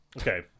Okay